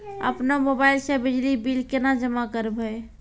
अपनो मोबाइल से बिजली बिल केना जमा करभै?